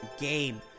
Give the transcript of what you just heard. game